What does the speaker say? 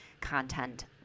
content